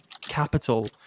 capital